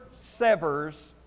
severs